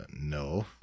no